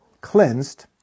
cleansed